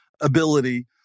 ability